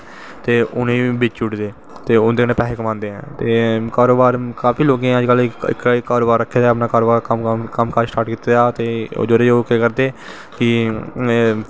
ते उनेंगी बेची ओड़दे ते उंदे कन्नैं पैसे कमांदे ऐं ते कारोबार काफी लोगें अज्ज कल कारोबार रक्खे दा अज्ज कल स्टार्ट कीते दा ते जेह्ड़े ओह् केह् करदे कि